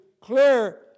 clear